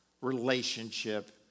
relationship